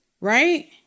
right